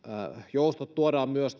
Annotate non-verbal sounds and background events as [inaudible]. joustot tuodaan myös [unintelligible]